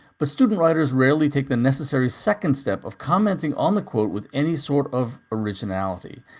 but student writers rarely take the necessary second step of commenting on the quote with any sort of originality.